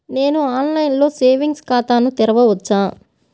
నేను ఆన్లైన్లో సేవింగ్స్ ఖాతాను తెరవవచ్చా?